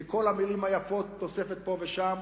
כי כל המלים היפות, תוספת פה ושם,